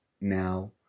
now